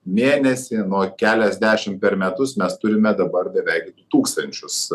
mėnesį nuo keliasdešim per metus mes turime dabar beveik du tūkstančius